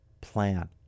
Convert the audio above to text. plan